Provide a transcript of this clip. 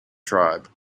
tribe